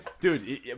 Dude